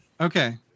Okay